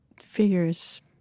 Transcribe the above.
figures